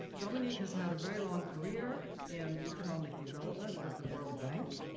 dominique has had a very long career in economic development with the world bank,